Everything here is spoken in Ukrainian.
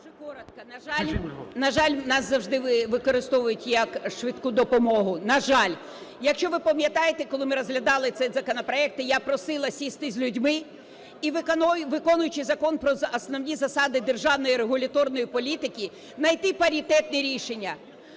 На жаль, нас завжди використовують, як швидку допомогу, на жаль. Якщо ви пам'ятаєте, коли ми розглядали цей законопроект, я просила сісти з людьми і, виконуючи Закон про основні засади державної регуляторної політики, найти паритетні рішення.